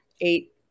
eight